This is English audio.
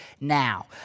now